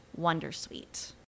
Wondersuite